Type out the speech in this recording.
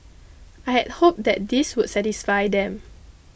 I hoped that this would satisfy them